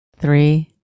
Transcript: Three